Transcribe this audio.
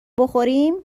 بخوریم